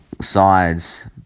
sides